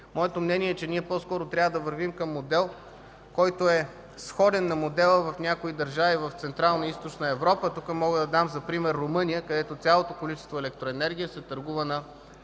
Моето мнение е, че по-скоро трябва да вървим към модел, сходен на модела в някои държави от Централна и Източна Европа. Мога да дам за пример Румъния, където цялото количество електроенергия се търгува на